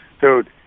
dude